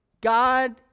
God